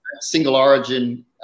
single-origin